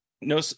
no